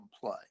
play